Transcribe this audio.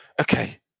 okay